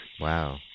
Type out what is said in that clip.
Wow